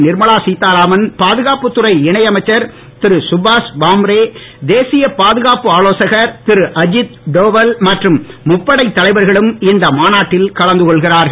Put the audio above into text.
நிர்மலா சீதாராமன் பாதுகாப்புத் துறை இணை அமைச்சர் திருகபாஷ் பாம்ரே தேசிய பாதுகாப்பு ஆலோசகர் திருஅஜித் டோவல் மற்றும் முப்படைத் தலைவர்களும் இந்த மாநாட்டில் கலந்துகொள்கிறார்கள்